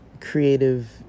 creative